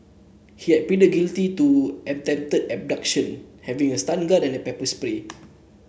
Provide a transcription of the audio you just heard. he had pleaded guilty to attempted abduction having a stun gun and a pepper spray